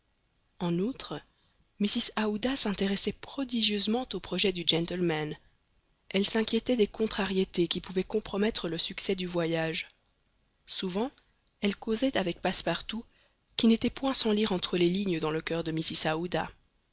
en outre mrs aouda s'intéressait prodigieusement aux projets du gentleman elle s'inquiétait des contrariétés qui pouvaient compromettre le succès du voyage souvent elle causait avec passepartout qui n'était point sans lire entre les lignes dans le coeur de